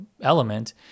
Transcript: element